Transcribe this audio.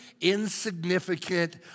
insignificant